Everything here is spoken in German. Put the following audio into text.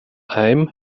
alm